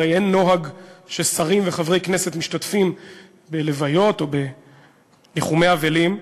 הרי אין נוהג ששרים וחברי כנסת משתתפים בלוויות או בניחומי אבלים,